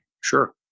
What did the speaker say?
Sure